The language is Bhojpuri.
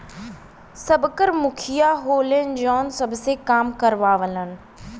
सबकर मुखिया होलन जौन सबसे काम करावलन